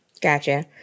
Gotcha